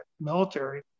military